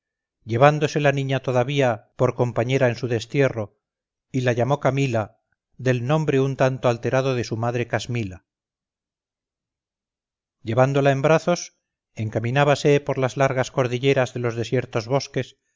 combates llévasela niña todavía por compañera en su destierro y la llamó camila del nombre un tanto alterado de su madre casmila llevándola en brazos encaminábase por las largas cordilleras de los desiertos bosques